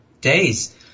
days